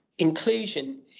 Inclusion